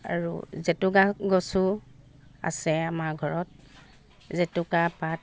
আৰু জেতুকা গছো আছে আমাৰ ঘৰত জেতুকা পাত